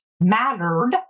mattered